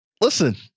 listen